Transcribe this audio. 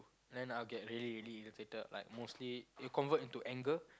then I'll get really really irritated like mostly it'll convert into anger